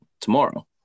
tomorrow